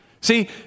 See